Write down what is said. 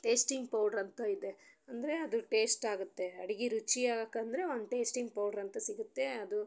tasting powder ಅಂತ ಇದೆ ಅಂದರೆ ಅದು ಟೇಸ್ಟ್ ಆಗತ್ತೆ ಅಡಗೆ ರುಚಿ ಆಗಕಂದರೆ ಒಂದು ಟೆಸ್ಟಿಂಗ್ ಪೌಡ್ರ್ ಅಂತ ಸಿಗುತ್ತೆ ಅದು